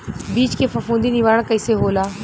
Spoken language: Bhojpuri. बीज के फफूंदी निवारण कईसे होला?